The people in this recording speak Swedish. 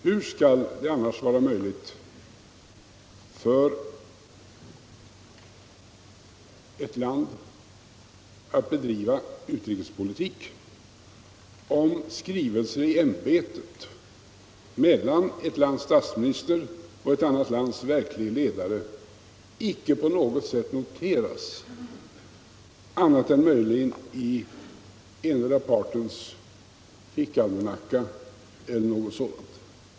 Hur skall det vara möjligt för ett land att bedriva utrikespolitik om skrivelser i ämbetet mellan ett lands statsminister och ett annat lands verklige ledare inte på något sätt noteras annat än möjligen i endera partens fickalmanacka eller något sådant?